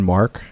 Mark